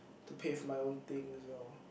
to pay for my own thing as well